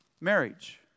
Marriage